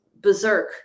berserk